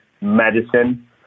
medicine